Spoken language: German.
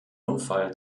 unfall